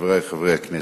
חברי חברי הכנסת,